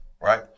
right